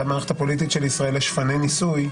המערכת הפוליטית של ישראל לשפני ניסוי,